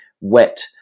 wet